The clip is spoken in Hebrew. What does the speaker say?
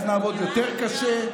אז נעבוד יותר קשה,